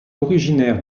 originaire